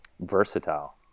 versatile